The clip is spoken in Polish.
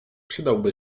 przydałby